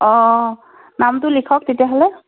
অঁ নামটো লিখক তেতিয়াহ'লে